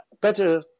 Better